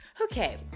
Okay